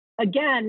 again